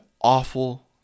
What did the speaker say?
awful